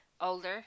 older